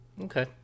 Okay